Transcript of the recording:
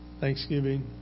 Thanksgiving